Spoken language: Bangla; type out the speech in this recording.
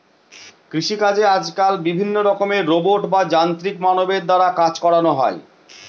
কৃষিকাজে আজকাল বিভিন্ন রকমের রোবট বা যান্ত্রিক মানবের দ্বারা কাজ করানো হয়